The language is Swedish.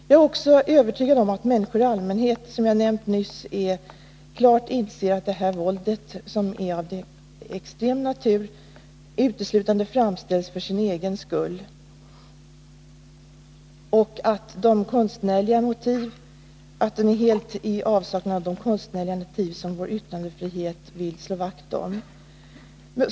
Jag är också, som jag nyss nämnde, övertygad om att människor i allmänhet klart inser att våld som är av extrem natur uteslutande framställs för sin egen skull och är helt i avsaknad av de konstnärliga motiv som vår yttrandefrihet vill slå vakt om.